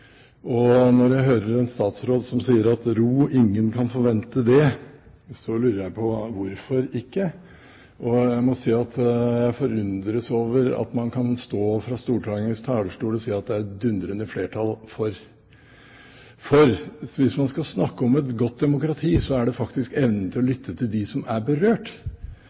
rettigheter. Når jeg hører en statsråd som sier at ro, ingen kan forvente det, så lurer jeg på: Hvorfor ikke? Jeg må si at jeg forundres over at man fra Stortingets talerstol kan stå og si at det er et «dundrende flertall» for. Hvis man skal snakke om et godt demokrati, så er det faktisk å ha evnen til å lytte til dem som er berørt.